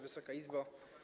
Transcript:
Wysoka Izbo!